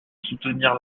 soutenir